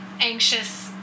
anxious